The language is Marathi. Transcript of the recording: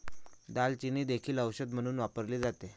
दालचिनी देखील औषध म्हणून वापरली जाते